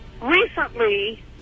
recently